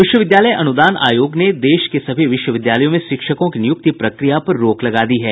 विश्वविद्यालय अनुदान आयोग ने देश के सभी विश्वविद्यालयों में शिक्षकों की नियुक्ति प्रक्रिया पर रोक लगा दी है